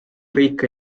kõik